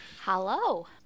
Hello